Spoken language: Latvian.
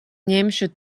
ņemšu